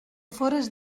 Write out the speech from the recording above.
fores